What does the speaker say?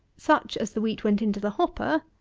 such as the wheat went into the hopper,